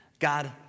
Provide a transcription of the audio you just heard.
God